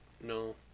No